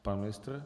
Pan ministr.